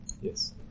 Yes